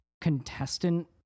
contestant